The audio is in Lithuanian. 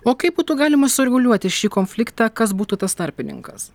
o kaip būtų galima sureguliuoti šį konfliktą kas būtų tas tarpininkas